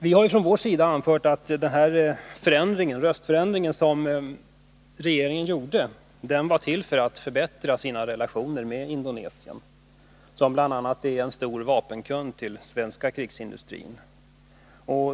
Vi från vpk har anfört att regeringens ändrade ställningstagande vid omröstningen i FN berodde på att man ville förbättra relationerna med Indonesien, som bl.a. är en stor vapenkund till den svenska krigsindustrin.